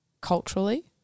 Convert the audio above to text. culturally